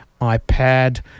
ipad